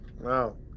Wow